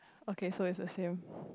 okay so it's the same